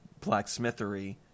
blacksmithery